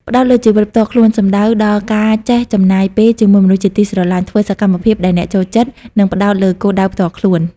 ផ្តោតលើជីវិតផ្ទាល់ខ្លួន សំដៅដល់ការចេះចំណាយពេលជាមួយមនុស្សជាទីស្រឡាញ់ ធ្វើសកម្មភាពដែលអ្នកចូលចិត្ត និងផ្តោតលើគោលដៅផ្ទាល់ខ្លួន។